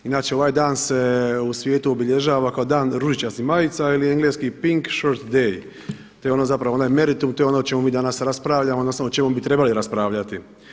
Inače ovaj dan se u svijetu obilježava kao Dan ružičastih majica ili engleski Pink shirt day, to je ono zapravo onaj meritum, to je ono o čemu mi danas raspravljamo, odnosno o čemu bi trebali raspravljati.